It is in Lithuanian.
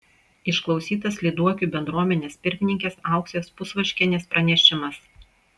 išklausytas lyduokių bendruomenės pirmininkės auksės pusvaškienės pranešimas